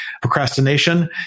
Procrastination